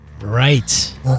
Right